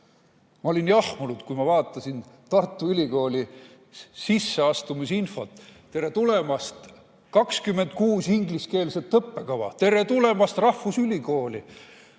Ma olin jahmunud, kui ma vaatasin Tartu Ülikooli sisseastumise infot. 26 ingliskeelset õppekava. Tere tulemast rahvusülikooli!